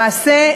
למעשה,